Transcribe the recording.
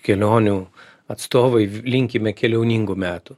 kelionių atstovai linkime keliauninkų metų